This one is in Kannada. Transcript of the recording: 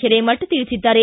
ಹಿರೇಮಠ ತಿಳಿಸಿದ್ದಾರೆ